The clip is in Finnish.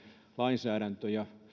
lainsäädäntö